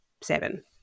seven